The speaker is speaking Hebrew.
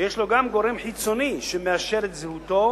ויש לו גם גורם חיצוני שמאשר את זהותו